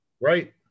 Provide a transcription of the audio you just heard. Right